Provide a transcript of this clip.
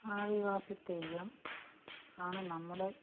ആദിവാസി തെയ്യം ആണ് നമ്മുടെ